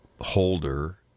holder